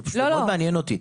זה באמת מעניין אותי,